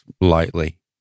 lightly